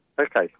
Okay